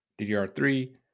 DDR3